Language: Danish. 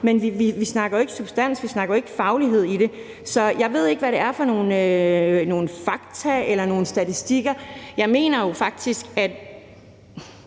men vi snakker jo ikke om substans, og vi snakker jo ikke om faglighed i det. Så jeg ved ikke, hvad det er for nogle fakta eller statistikker, og jeg mener jo faktisk også,